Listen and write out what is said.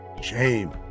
shame